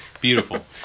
Beautiful